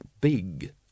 big